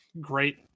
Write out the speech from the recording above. Great